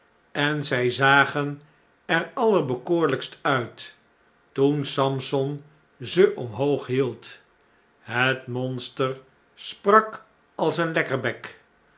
en zij zagen er allerbekoorlijkst uit toen samson ze omhoog hield het monster sprak als een lekkerbek